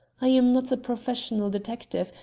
i am not a professional detective,